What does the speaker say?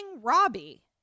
Robbie